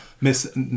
Miss